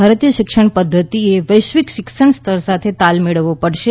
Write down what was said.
ભારતીય શિક્ષણ પધ્ધતિએ વૈશ્વિક શિક્ષણ સ્તર સાથે તાલ મેળવવો પડશે